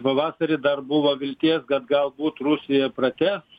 pavasarį dar buvo vilties kad galbūt rusija protęs